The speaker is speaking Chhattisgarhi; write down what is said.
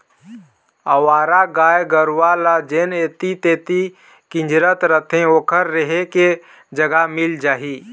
अवारा गाय गरूवा ल जेन ऐती तेती किंजरत रथें ओखर रेहे के जगा मिल जाही